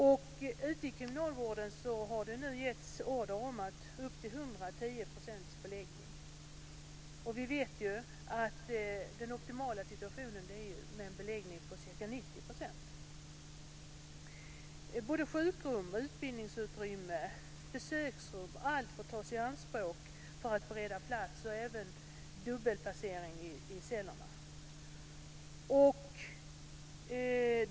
Till kriminalvården har det nu getts order om en beläggning upp till 110 %. Vi vet att den optimala situationen är en beläggning med ca 90 %. Såväl sjukrum som utbildningsutrymmen och besöksrum får tas i anspråk för att bereda plats. Det förekommer även dubbelplacering i cellerna.